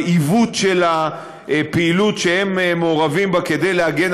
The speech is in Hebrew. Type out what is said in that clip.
לעיוות של הפעילות שהם מעורבים בה כדי להגן